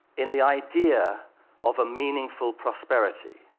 in the idea of a meaningful prosperity,